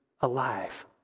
alive